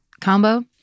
combo